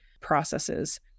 processes